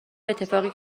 اتفاقی